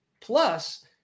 Plus